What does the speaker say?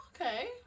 Okay